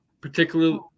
particularly